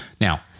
now